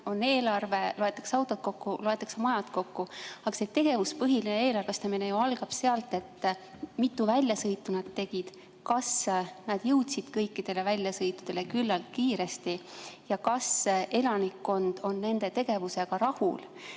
On eelarve, loetakse autod kokku, loetakse majad kokku. Aga see tegevuspõhine eelarvestamine algab ju sealt, mitu väljasõitu nad tegid, kas nad jõudsid kõikidele väljasõitudele küllalt kiiresti ja kas elanikkond on nende tegevusega rahul,